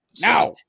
now